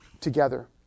together